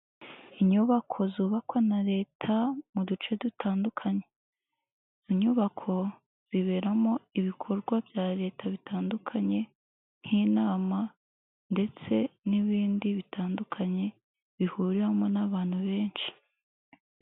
Inyubako zubakwa na Leta mu duce dutandukanye, inyubako ziberamo ibikorwa bya Leta bitandukanye nk'inama ndetse n'ibindi bitandukanye bihuriwemo n'abantu benshi.